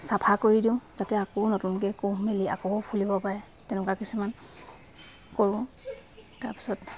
চাফা কৰি দিওঁ যাতে আকৌ নতুনকৈ কুঁহ মেলি আকৌ ফুলিব পায়ে তেনেকুৱা কিছুমান কৰোঁ তাৰপিছত